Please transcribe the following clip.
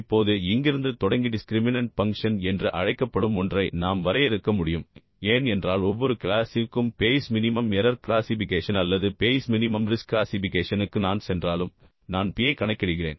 இப்போது இங்கிருந்து தொடங்கி டிஸ்க்ரிமினன்ட் பங்க்ஷன் என்று அழைக்கப்படும் ஒன்றை நாம் வரையறுக்க முடியும் ஏனென்றால் ஒவ்வொரு கிளாசிற்கும் பேய்ஸ் மினிமம் எரர் க்ளாசிபிகேஷன் அல்லது பேய்ஸ் மினிமம் ரிஸ்க் க்ளாசிபிகேஷனுக்கு நான் சென்றாலும் நான் P ஐ கணக்கிடுகிறேன்